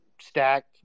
stack